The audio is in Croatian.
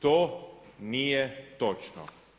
To nije točno.